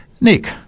Nick